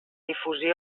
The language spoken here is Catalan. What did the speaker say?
difusió